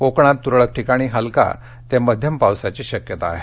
कोकणात तूरळक ठिकाणी हलका ते मध्यम पावसाची शक्यता आहे